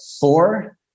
four